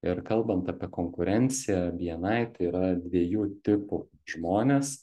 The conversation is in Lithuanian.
ir kalbant apie konkurenciją bni tai yra dviejų tipų žmonės